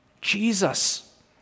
Jesus